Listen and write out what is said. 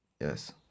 Yes